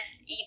eat